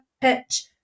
pitch